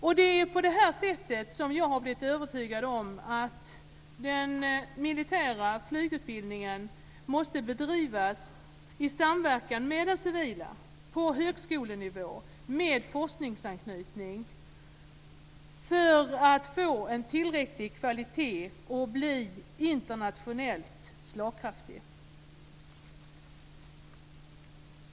Det är på det sättet som jag har blivit övertygad om att den militära flygutbildningen måste bedrivas i samverkan med den civila - på högskolenivå, med forskningsanknytning; detta för att få en tillräcklig kvalitet och för att bli internationellt slagkraftig.